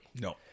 No